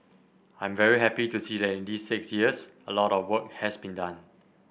I'm very happy to see that in these six years a lot of work has been done